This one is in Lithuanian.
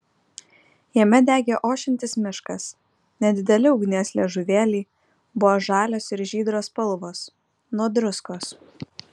jame degė ošiantis miškas nedideli ugnies liežuvėliai buvo žalios ir žydros spalvos nuo druskos